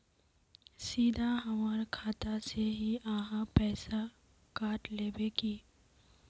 सीधा हमर खाता से ही आहाँ पैसा काट लेबे की?